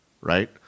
right